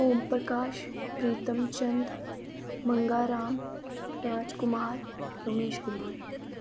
Om Prakash Pritam Chand Manga Ram Raj Kumar Romesh Kumar